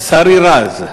שרי רז.